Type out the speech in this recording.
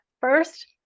first